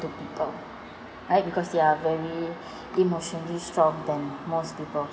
to people right because they are very emotionally strong than most people